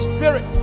Spirit